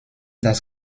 das